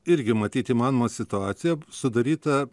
irgi matyt įmanoma situacija sudaryta